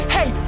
Hey